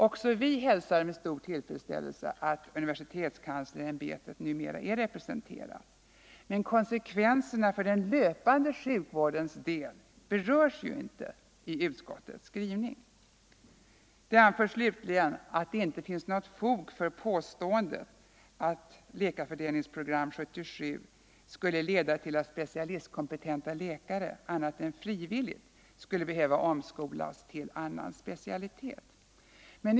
Också vi hälsar med tillfredsställelse att universitetskanslersämbetet numera är representerat, men konsekvenserna för den löpande sjukvården berörs inte i utskottets skrivning. Utskottet anför vidare att det inte finns fog för påståendet att LP 77 skulle leda till att specialistkompetenta läkare annat än frivilligt skulle behöva omskolas till annan specialitet.